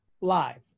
live